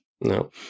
No